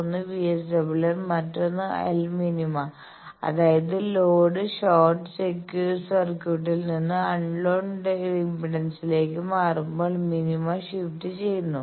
ഒന്ന് VSWR മറ്റൊന്ന് lmin അതായത് ലോഡ് ഷോർട്ട് സർക്യൂട്ടിൽ നിന്ന് അൺനോൺ ഇംപെഡൻസിലേക്ക് മാറുമ്പോൾ മിനിമ ഷിഫ്റ്റ് ചെയ്യുന്നു